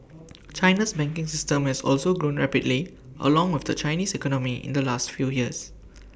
China's banking system has also grown rapidly along with the Chinese economy in the last few years